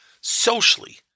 socially